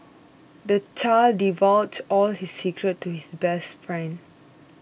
the child divulged all his secrets to his best friend